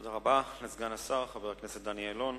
תודה רבה לסגן השר חבר הכנסת דני אילון.